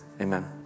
amen